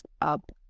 up